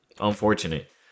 unfortunate